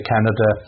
Canada